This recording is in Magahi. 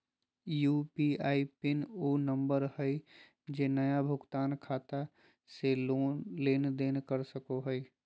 यू.पी.आई पिन उ नंबर हइ जे नया भुगतान खाता से लेन देन कर सको हइ